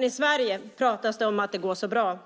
I Sverige pratas det om att det går så bra.